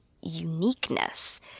uniqueness